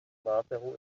maseru